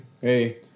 hey